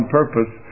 purpose